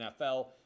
NFL